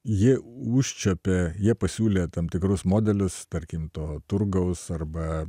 jie užčiuopė jie pasiūlė tam tikrus modelius tarkim to turgaus arba